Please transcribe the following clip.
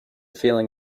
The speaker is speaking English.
feeling